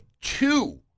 two